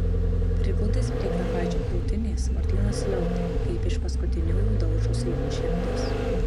prigludęs prie grafaičio krūtinės martynas jautė kaip iš paskutiniųjų daužosi jo širdis